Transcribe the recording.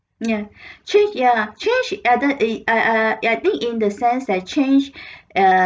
ya change ya change I don't think I I I I think in the sense that change err